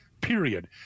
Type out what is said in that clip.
period